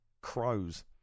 Crows